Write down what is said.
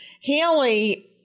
Haley